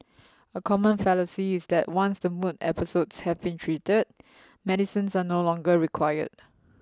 a common fallacy is that once the mood episodes have been treated medicines are no longer required